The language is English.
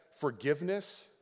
Forgiveness